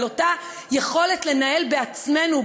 על אותה יכולת לנהל בעצמנו,